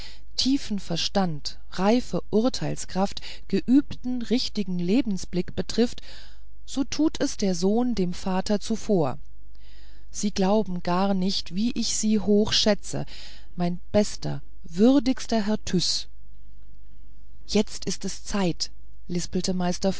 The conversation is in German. tiefen verstand reife urteilskraft geübten richtigen lebensblick betrifft so tut es der sohn dem vater zuvor sie glauben gar nicht wie ich sie hochschätze mein bester würdigster herr tyß jetzt ist es zeit lispelte meister